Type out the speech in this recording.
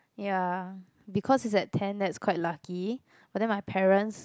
ya because is at ten that's quite lucky but then my parents